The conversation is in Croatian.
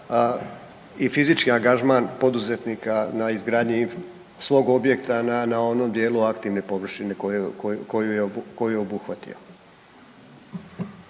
i fizički angažman poduzetnika na izgradnji svog objekta na onom dijelu aktivne površine koju je obuhvatio.